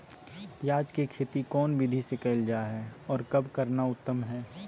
प्याज के खेती कौन विधि से कैल जा है, और कब करना उत्तम है?